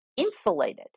insulated